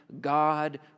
God